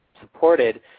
supported